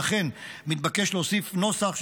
לכן מתבקש להוסיף את הנוסח,